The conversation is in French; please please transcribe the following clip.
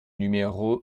numéro